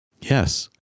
Yes